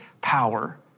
power